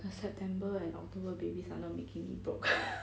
the september and october babies are not making me broke